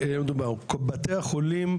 אז בית חולים חדש,